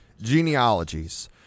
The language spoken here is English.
Genealogies